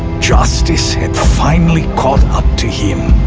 justice had finally caught up to him